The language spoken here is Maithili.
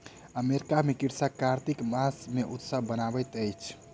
अमेरिका में कृषक कार्तिक मास मे उत्सव मनबैत अछि